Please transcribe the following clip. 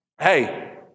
hey